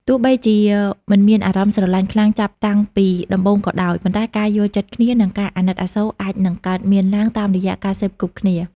ទោះបីជាមិនមានអារម្មណ៍ស្រឡាញ់ខ្លាំងចាប់តាំងពីដំបូងក៏ដោយ ប៉ុន្តែការយល់ចិត្តគ្នា និងការអាណិតអាសូរអាចនឹងកើតមានឡើងតាមរយៈការសេពគប់គ្នា។